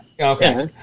okay